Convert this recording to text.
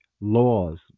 Laws